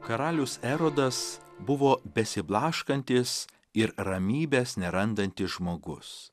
karalius erodas buvo besiblaškantis ir ramybės nerandantis žmogus